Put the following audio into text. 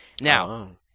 Now